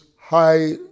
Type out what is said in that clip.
high